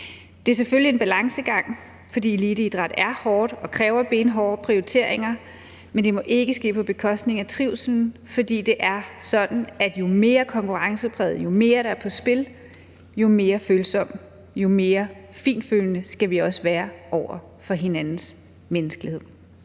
Det er selvfølgelig en balancegang, fordi eliteidræt er hårdt og kræver benhårde prioriteringer, men det må ikke ske på bekostning af trivslen, for det er sådan, at jo mere konkurrencepræget, det er, og jo mere, der er på spil, jo mere følsomt, jo mere fintfølende skal vi også være over for hinandens menneskelighed.